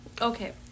Okay